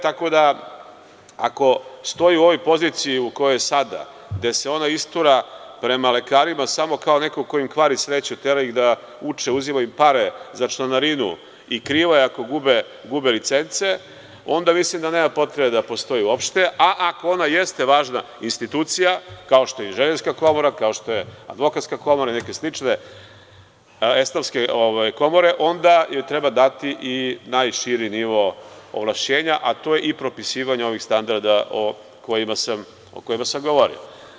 Tako da, ako stoji u ovoj poziciji u kojoj je sada, gde se ona istura prema lekarima samo kao neko ko im kvari sreću, tera ih da uče, uzima im pare za članarinu i kriva je ako gube licence, onda mislim da nema potrebe da postoji uopšte, a ako ona jeste važna institucija, kao što je inženjerska komora, kao što je advokatska komora i neke slične ensafske komore, onda joj treba dati i najširi nivo ovlašćenja, a to je i propisivanje ovih standarda o kojima sam govorio.